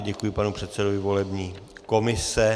Děkuji panu předsedovi volební komise.